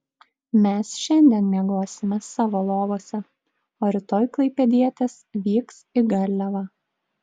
mes šiandien miegosime savo lovose o rytoj klaipėdietės vyks į garliavą